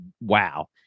wow